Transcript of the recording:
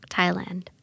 Thailand